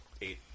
Eight